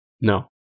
No